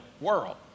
world